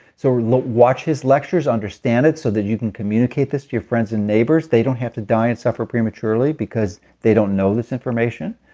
so watch his lectures, understand it so that you can communicate this to your friends and neighbors. they don't have to die and suffer prematurely because they don't know this information,